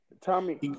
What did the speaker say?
Tommy